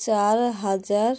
চার হাজার